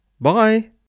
Bye